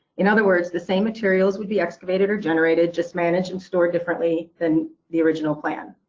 in other words, the same materials would be excavated or generated just managed and stored differently than the original plan.